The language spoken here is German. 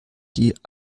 die